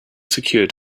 secured